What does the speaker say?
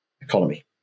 economy